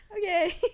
Okay